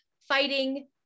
fighting